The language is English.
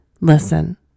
listen